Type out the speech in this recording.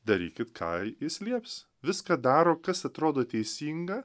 darykit ką jis lieps viską daro kas atrodo teisinga